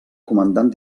comandant